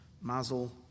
mazel